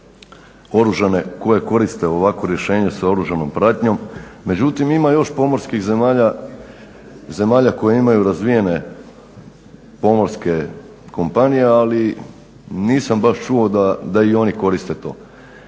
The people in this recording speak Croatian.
oružane, koje koriste ovakvo rješenje sa oružanom pratnjom, međutim ima još pomorskih zemalja koje imaju razvijene pomorske kompanije, ali nisam baš čuo da i oni koriste to.